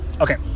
Okay